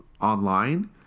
online